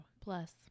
plus